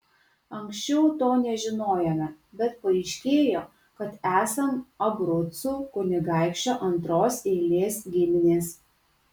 anksčiau to nežinojome bet paaiškėjo kad esam abrucų kunigaikščio antros eilės giminės